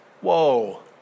Whoa